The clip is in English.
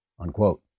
Unquote